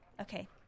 Okay